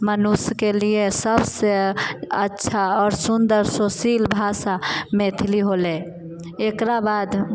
मनुष्यके लिए सबसँ अच्छा आओर सुन्दर सुशील भाषा मैथिली होलै एकरा बाद